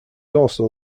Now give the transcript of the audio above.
also